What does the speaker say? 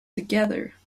together